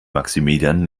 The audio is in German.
maximilian